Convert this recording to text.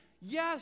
Yes